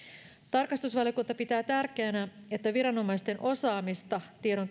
tarkastusvaliokunta pitää tärkeänä että viranomaisten osaamista